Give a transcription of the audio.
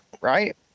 right